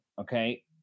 okay